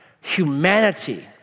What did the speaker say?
Humanity